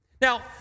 Now